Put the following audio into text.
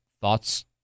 thoughts